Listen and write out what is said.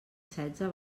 setze